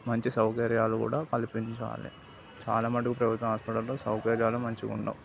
మంచి సౌకర్యాలు కూడా కల్పించాలి చాలా మట్టుకు ప్రభుత్వ హాస్పిటల్లో సౌకర్యాలు మంచిగా ఉండవు